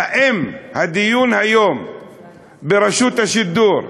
האם הדיון היום על רשות השידור,